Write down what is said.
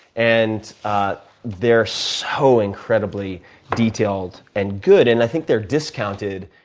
and ah they're so incredibly detailed and good. and i think they're discounted.